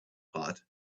pot